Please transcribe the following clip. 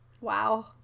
Wow